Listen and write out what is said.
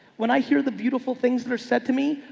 when i hear the beautiful things that are said to me,